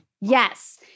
Yes